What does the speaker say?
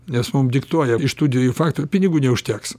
nes mum diktuoja iš tų dviejų faktų pinigų neužteks